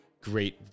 great